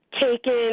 taken